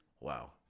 Wow